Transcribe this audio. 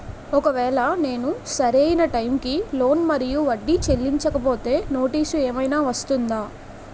ఒకవేళ నేను సరి అయినా టైం కి లోన్ మరియు వడ్డీ చెల్లించకపోతే నోటీసు ఏమైనా వస్తుందా?